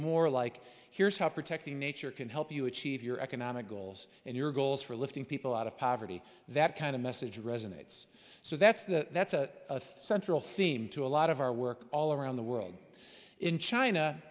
more like here's how protecting nature can help you achieve your economic goals and your goals for lifting people out of poverty that kind of message resonates so that's the that's a central theme to a lot of our work all around the world in china